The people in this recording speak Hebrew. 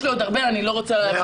יש לי עוד הרבה אבל אני לא רוצה להלאות